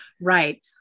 Right